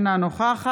אינו נוכח